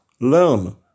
learn